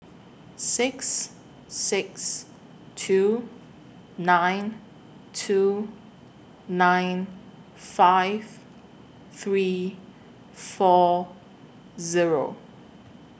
six six two nine two nine five three four Zero